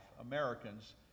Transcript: Americans